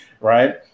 right